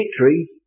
victory